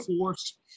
force